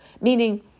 meaning